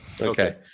okay